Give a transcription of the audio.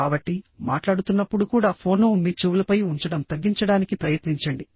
కాబట్టి మాట్లాడుతున్నప్పుడు కూడా ఫోన్ను మీ చెవులపై ఉంచడం తగ్గించడానికి ప్రయత్నించండి